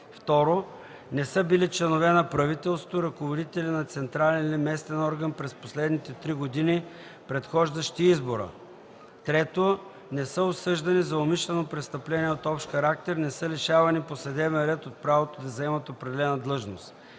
2. не са били членове на правителството, ръководители на централен или местен орган през последните три години, предхождащи избора; 3. не са осъждани за умишлено престъпление от общ характер и не са лишавани по съдебен ред от правото да заемат определена длъжност.